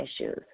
issues